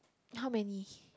how many